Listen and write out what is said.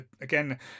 again